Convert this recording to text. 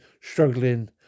struggling